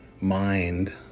mind